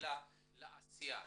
הקהילה לעשייה.